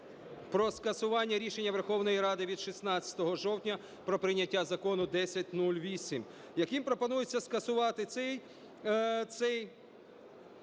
про скасування рішення Верховної Ради від 16 жовтня про прийняття Закону 1008, яким пропонується скасувати цей закон